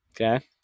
Okay